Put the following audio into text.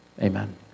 Amen